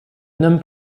nomme